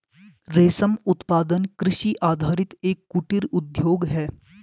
रेशम उत्पादन कृषि आधारित एक कुटीर उद्योग है